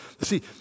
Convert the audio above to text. See